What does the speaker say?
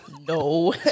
No